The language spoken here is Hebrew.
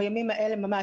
בימים האלה ממש,